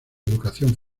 educación